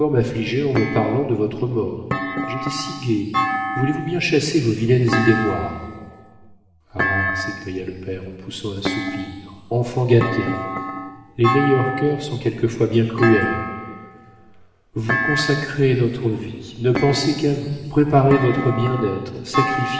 m'affliger en me parlant de votre mort j'étais si gaie voulez-vous bien chasser vos vilaines idées noires ah s'écria le père en poussant un soupir enfant gâté les meilleurs cœurs sont quelquefois bien cruels vous consacrer notre vie ne penser qu'à vous préparer votre bien-être